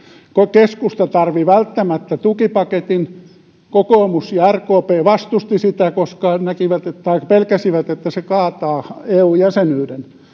keskusta tarvitsi välttämättä tukipaketin kokoomus ja rkp vastustivat sitä koska näkivät tai pelkäsivät että se kaataa eu jäsenyyden